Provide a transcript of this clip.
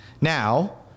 Now